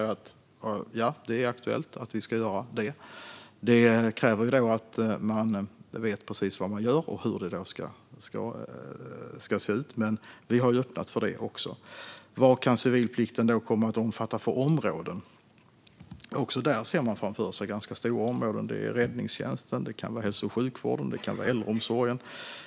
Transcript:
Det är aktuellt att vi ska göra det. Det kräver då att man vet precis vad man gör och hur det då ska se ut. Men vi har öppnat för det också. Vad kan då civilplikten komma att omfatta för områden? Också där ser man framför sig ganska stora områden. Det kan vara räddningstjänst, hälso och sjukvård eller äldreomsorg.